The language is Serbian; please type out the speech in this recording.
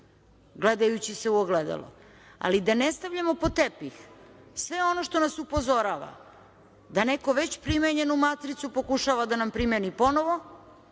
gledajući se u ogledalo, ali da ne stavljamo pod tepih sve ono što nas upozorava da neko već primenjenu matricu pokušava da nam primeni ponovo